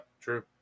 true